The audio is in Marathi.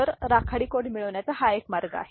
तर राखाडी कोड मिळवण्याचा हा एक मार्ग आहे